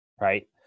right